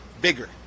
bigger